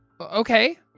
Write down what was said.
Okay